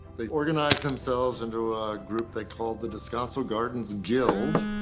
they organized themselves into a group they called the descanso gardens guild,